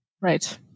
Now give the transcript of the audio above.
Right